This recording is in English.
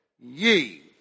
ye